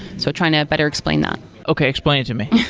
so trying to better explain that okay, explain it to me